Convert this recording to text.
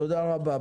תודה רבה.